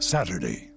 Saturday